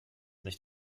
nicht